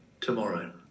tomorrow